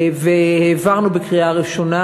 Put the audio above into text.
והעברנו בקריאה ראשונה.